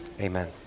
Amen